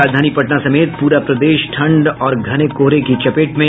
और राजधानी पटना समेत पूरा प्रदेश ठंड और घने कोहरे की चपेट में